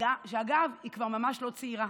שאגב, היא כבר ממש לא צעירה.